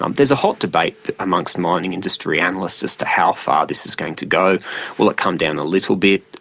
um there's a hot debate amongst mining industry analysts as to how far this is going to go will it come down a little bit,